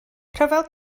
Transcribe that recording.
rhyfel